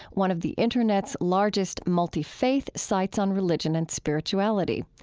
one of the internet's largest multifaith sites on religion and spirituality.